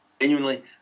genuinely